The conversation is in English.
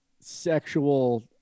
sexual